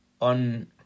on